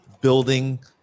building